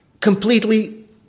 completely